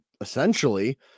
essentially